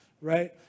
right